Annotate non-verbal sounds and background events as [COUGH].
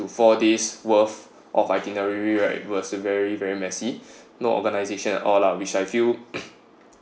to four days worth of itinerary right it was a very very messy no organization at all lah which I feel [COUGHS]